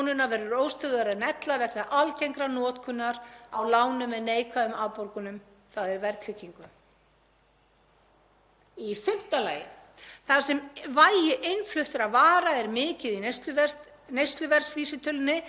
Þar sem innflutt vara er mikið í neysluverðsvísitölunni leiðir óstöðugra gengi krónunnar til óstöðugri verðbólgu sem aftur hefur neikvæð áhrif á getu Seðlabankans til að hafa stjórn á verðbólguvæntingum og þar með verðbólgu.